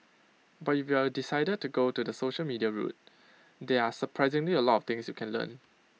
but if you decided to go the social media route there are surprisingly A lot of things you can learn